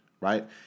Right